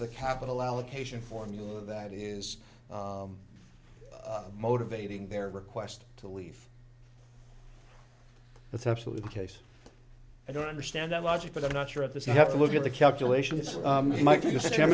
the capital allocation formula that is motivating their request to leave that's absolutely the case i don't understand the logic but i'm not sure of this you have to look at the calculation is he might